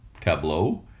tableau